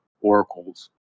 oracles